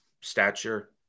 stature